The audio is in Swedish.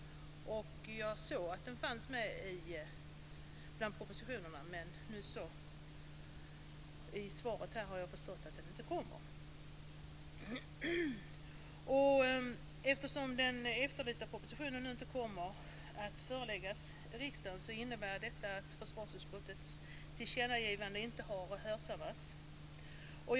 Jag såg att förslaget fanns med bland de kommande propositionerna. Men av svaret har jag förstått att det inte kommer. Eftersom den efterlysta propositionen inte kommer att föreläggas riksdagen innebär det att försvarsutskottets tillkännagivande inte har hörsammats.